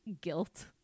guilt